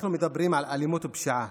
אנחנו מדברים על אלימות ופשיעה.